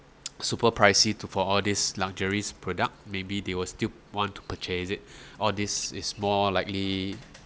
super pricey to for all these luxuries product maybe they will still want to purchase it or this is more likely